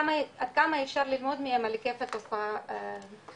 עד כמה אפשר ללמוד מהם על היקף התופעה בפועל.